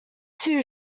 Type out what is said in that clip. too